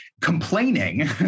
complaining